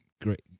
great